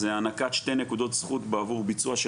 זה הענקת שתי נקודות זכות עבור ביצוע של